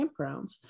Campgrounds